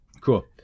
Cool